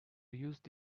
used